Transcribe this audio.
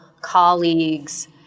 colleagues –